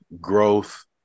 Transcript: growth